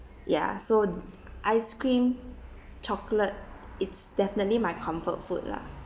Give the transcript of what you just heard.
ya so ice cream chocolate it's definitely my comfort food lah